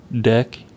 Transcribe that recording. deck